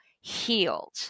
healed